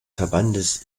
verbandes